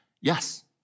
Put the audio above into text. Yes